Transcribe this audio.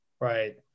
Right